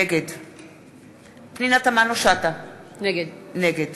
נגד פנינה תמנו-שטה, נגד